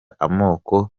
amoko